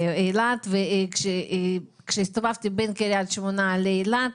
כאשר הסתובבתי בין קריית שמונה ואילת